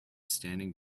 standing